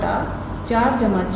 221